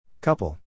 Couple